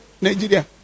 Nigeria